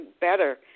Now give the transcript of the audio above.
better